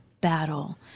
battle